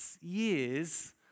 years